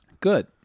Good